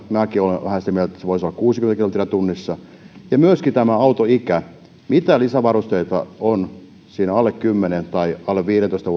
minäkin olen sitä mieltä että se voisi olla kuusikymmentä kilometriä tunnissa ja myöskin tämä auton ikä ja mitä eroa on lisävarusteissa alle kymmenen tai alle viidentoista